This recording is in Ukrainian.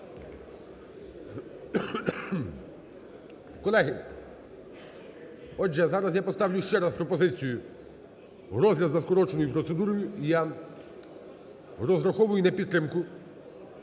Колеги, отже, зараз я поставлю ще раз пропозицію, розгляд за скороченою процедурою, і я розраховую на підтримку.